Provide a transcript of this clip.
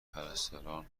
پرستاران